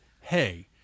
hey